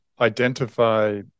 identify